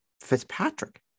Fitzpatrick